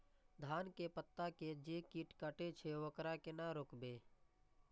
धान के पत्ता के जे कीट कटे छे वकरा केना रोकबे?